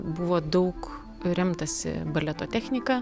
buvo daug remtasi baleto technika